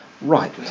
Right